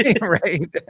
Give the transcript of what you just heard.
Right